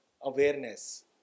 awareness